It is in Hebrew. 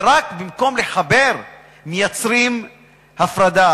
ובמקום לחבר מייצרים הפרדה.